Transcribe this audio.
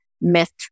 myth